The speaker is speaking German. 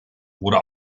wurde